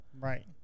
Right